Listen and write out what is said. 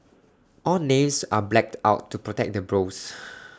all names are blacked out to protect the bros